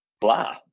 blah